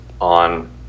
on